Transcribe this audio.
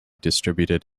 distributed